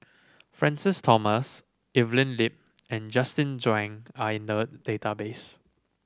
Francis Thomas Evelyn Lip and Justin Zhuang are in the database